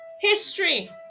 History